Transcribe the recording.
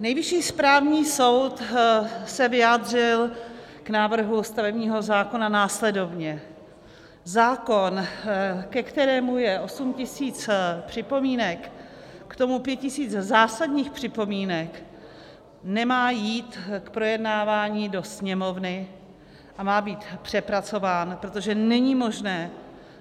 Nejvyšší správní soud se vyjádřil k návrhu stavebního zákona následovně: Zákon, ke kterému je 8 tisíc připomínek, k tomu 5 tisíc zásadních připomínek, nemá jít k projednávání do Sněmovny a má být přepracován, protože není možné,